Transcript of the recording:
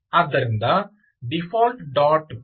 ಆದ್ದರಿಂದ default dot P Y default